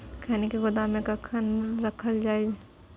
खैनी के गोदाम में कखन रखल जाय?